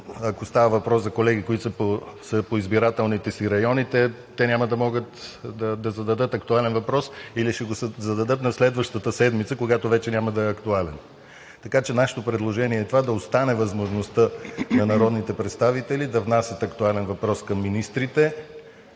ако става въпрос за колеги, които са по избирателните си райони – те няма да могат да зададат актуален въпрос или ще го зададат на следващата седмица, когато вече няма да е актуален. Нашето предложение е: да остане възможността на народните представители да внасят актуален въпрос към министрите